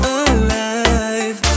alive